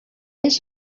els